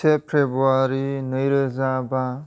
से फेब्रुवारी नै रोजा बा